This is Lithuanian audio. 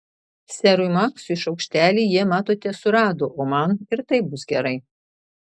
serui maksui šaukštelį jie matote surado o man ir taip bus gerai